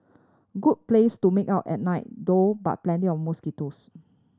good place to make out at night though but plenty of mosquitoes